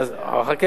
חכה.